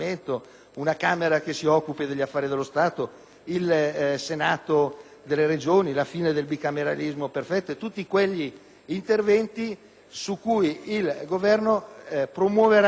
un Senato delle Regioni, la fine del bicameralismo perfetto. Sono tutti interventi su cui il Governo promuoverà un dibattito